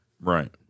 Right